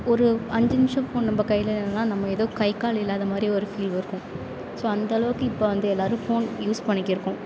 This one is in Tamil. ஒரு அஞ்சு நிமிஷம் ஃபோன் நம்ம கையில் இல்லைனா நம்ம எதோ கைகால் இல்லாத மாதிரி ஒரு ஃபீல் வ இருக்கும் ஸோ அந்த அளவுக்கு இப்போ வந்து எல்லோரும் ஃபோன் யூஸ் பண்ணிக்கிருக்கோம்